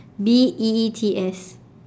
B E E T S